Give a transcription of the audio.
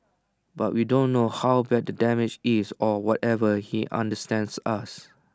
but we don't know how bad the damage is or whatever he understands us